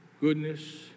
goodness